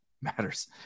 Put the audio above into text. matters